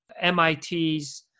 MIT's